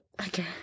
Okay